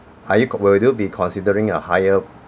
are you would you be considering a higher